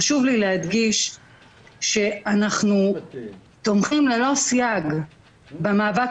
חשוב לי להדגיש שאנחנו תומכים ללא סייג במאבק